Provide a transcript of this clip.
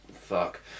fuck